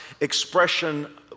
expression